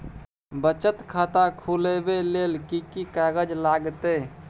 बचत खाता खुलैबै ले कि की कागज लागतै?